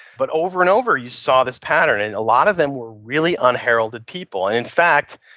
but over and over you saw this pattern and a lot of them were really unheralded people in fact,